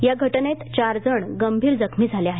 या घटनेत चार जण गंभीर जखमी झाले आहेत